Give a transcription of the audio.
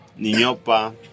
Niñopa